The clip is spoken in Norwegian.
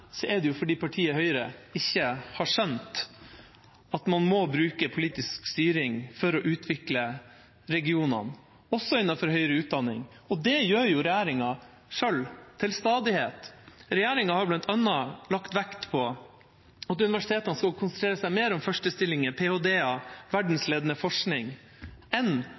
er det fordi partiet Høyre ikke har skjønt at man må bruke politisk styring for å utvikle regionene, også innenfor høyere utdanning. Det gjør jo regjeringa selv til stadighet. Den har bl.a. lagt vekt på at universitetene skal konsentrere seg mer om førstestillinger, PhD-er og verdensledende forskning enn